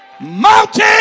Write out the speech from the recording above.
mountain